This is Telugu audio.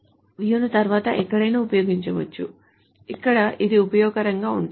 ఈ view ను తరువాత ఎక్కడైనా ఉపయోగించవచ్చు ఇక్కడ ఇది ఉపయోగకరంగా ఉంటుంది